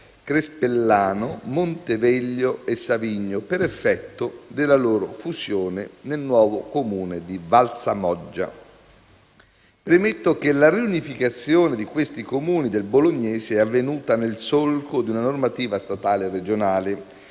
Crespellano, Monteveglio e Savigno per effetto della loro fusione nel nuovo Comune di Valsamoggia. Premetto che la riunificazione di questi Comuni del bolognese è avvenuta nel solco di una normativa statale e regionale